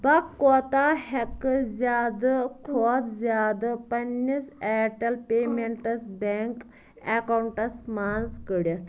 بہٕ کوتاہ ہٮ۪کہٕ زِیٛادٕ کھۄتہٕ زِیٛادٕ پنٛنِس ایٹیٚل پیمیٚنٛٹس بیٚنٛک اٮ۪کاونٹَس منٛز کٔڑِتھ